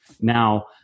Now